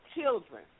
children